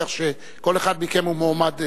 כך שכל אחד מכם הוא מועמד,